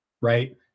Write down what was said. Right